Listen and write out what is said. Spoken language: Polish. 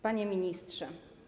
Panie Ministrze!